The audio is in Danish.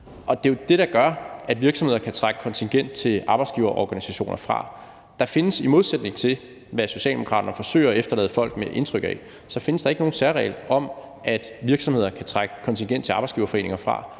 Det er jo det, der gør, at virksomheder kan trække kontingent til arbejdsgiverorganisationer fra. Der findes, i modsætning til hvad Socialdemokraterne forsøger at efterlade folk med et indtryk af, ikke nogen særregel om, at virksomheder kan trække kontingent til arbejdsgiverforeninger fra.